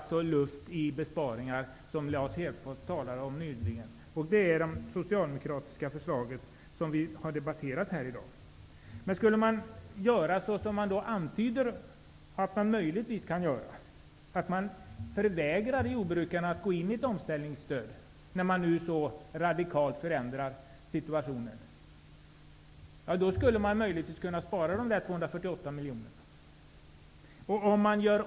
Detta är luft i besparingar som Lars Hedfors talade om nyligen. Det är det socialdemokratiska förslaget som vi har debatterat här i dag. Om man skulle göra så som antyds att man möjligtvis kan göra, nämligen att förvägra jordbrukarna att gå in i ett omställningsstöd när situationen nu så radikalt förändras, skulle man möjligen kunna spara dessa 248 miljoner kronor.